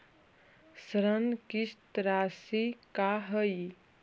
ऋण किस्त रासि का हई?